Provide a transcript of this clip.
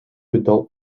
adult